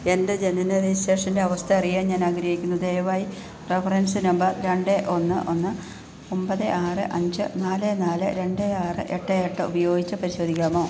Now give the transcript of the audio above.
എൻ്റെ ജനന രജിസ്ട്രേഷൻ്റെ അവസ്ഥ അറിയാൻ ഞാൻ ആഗ്രഹിക്കുന്നു ദയവായി റഫറൻസ് നമ്പർ രണ്ട് ഒന്ന് ഒന്ന് ഒമ്പത് ആറ് അഞ്ച് നാല് നാല് രണ്ട് ആറ് എട്ട് എട്ട് ഉപയോഗിച്ച് പരിശോധിക്കാമോ